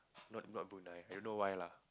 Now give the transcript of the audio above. not not Brunei I don't know why lah